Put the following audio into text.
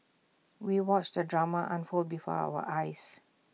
we watched the drama unfold before our eyes